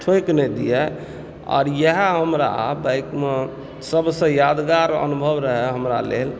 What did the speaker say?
ठोकि नहि दिअ आओर इएह हमरा बाइकमे सभसे यादगार अनुभव रहय हमरा लेल